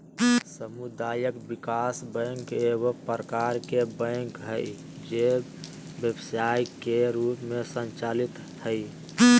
सामुदायिक विकास बैंक एगो प्रकार के बैंक हइ जे व्यवसाय के रूप में संचालित हइ